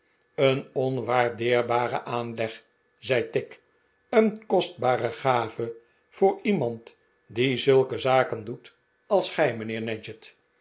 een onwaardeerbare aanleg zei tigg een kostbare gave voor iemand die zulke zaken doet als gij mijnheer